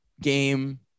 game